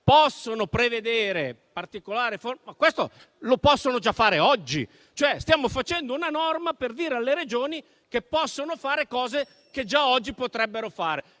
possono prevedere particolari forme, ma questo lo possono già fare oggi. Stiamo facendo, cioè, una norma per dire alle Regioni che possono fare cose che già oggi potrebbero fare.